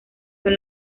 son